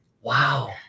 Wow